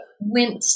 went